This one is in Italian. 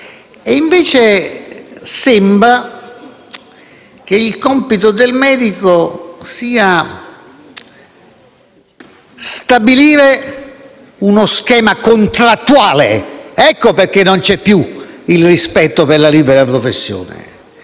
e invece sembra che il suo compito sia quello di stabilire uno schema contrattuale. Ecco perché non c'è più il rispetto per la libera professione: